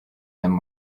them